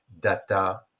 data